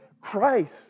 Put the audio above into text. Christ